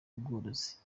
ubworozi